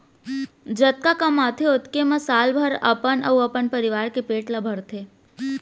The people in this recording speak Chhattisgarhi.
जतका कमाथे ओतके म साल भर अपन अउ अपन परवार के पेट ल भरथे